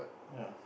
ya